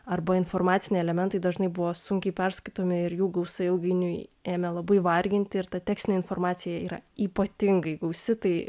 arba informaciniai elementai dažnai buvo sunkiai perskaitomi ir jų gausa ilgainiui ėmė labai varginti ir ta tekstinė informacija yra ypatingai gausi tai